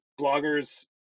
bloggers